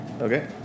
Okay